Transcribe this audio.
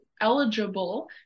eligible